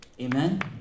Amen